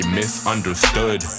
misunderstood